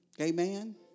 Amen